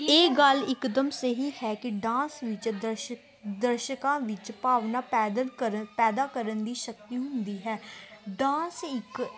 ਇਹ ਗੱਲ ਇੱਕਦਮ ਸਹੀ ਹੈ ਕਿ ਡਾਂਸ ਵਿੱਚ ਦਰਸ਼ਕ ਦਰਸ਼ਕਾਂ ਵਿੱਚ ਭਾਵਨਾ ਪੈਦਾ ਕਰ ਪੈਦਾ ਕਰਨ ਦੀ ਸ਼ਕਤੀ ਹੁੰਦੀ ਹੈ ਡਾਂਸ ਇੱਕ